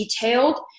detailed